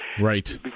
Right